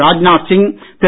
Rajnath Singh Thiru